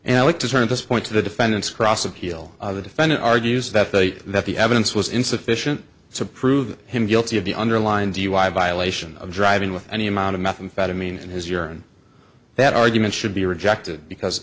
and like to turn this point to the defendant's cross appeal the defendant argues that they that the evidence was insufficient to prove him guilty of the underline dui violation of driving with any amount of methamphetamine in his urine that argument should be rejected because